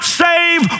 save